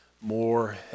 more